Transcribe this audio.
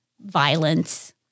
violence